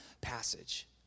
passage